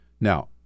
Now